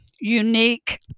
unique